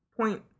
point